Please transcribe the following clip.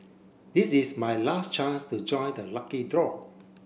this is my last chance to join the lucky draw